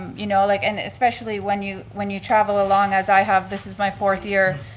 you know, like, and especially when you when you travel along as i have, this is my fourth year,